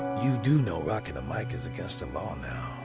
you do know rocking the mic is against the law now,